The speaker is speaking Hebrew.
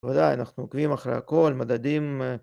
‫בוודאי, אנחנו עוקבים אחרי הכול, ‫מדדים...